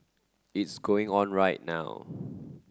it's going on right now